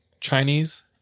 Chinese